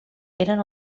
eren